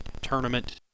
tournament